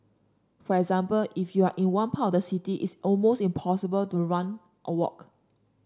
for example if you are in one part of the city it's almost impossible to run or walk